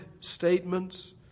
statements